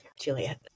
Juliet